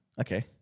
Okay